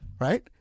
right